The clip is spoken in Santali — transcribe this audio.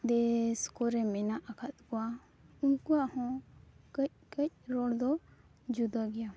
ᱫᱮᱹᱥ ᱠᱚᱨᱮ ᱢᱮᱱᱟᱜ ᱟᱠᱟᱫ ᱠᱚᱣᱟ ᱩᱱᱠᱩᱣᱟᱜ ᱦᱚᱸ ᱠᱟᱹᱡᱼᱠᱟᱹᱡ ᱨᱚᱲᱫᱚ ᱡᱩᱫᱟᱹ ᱜᱮᱭᱟ